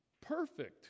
perfect